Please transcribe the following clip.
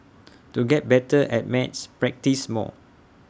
to get better at maths practise more